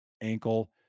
ankle